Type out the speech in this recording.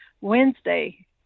Wednesday